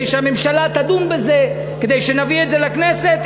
שהממשלה תדון בזה כדי שנביא את זה לכנסת,